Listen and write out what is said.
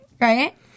right